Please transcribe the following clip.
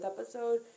episode